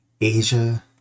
Asia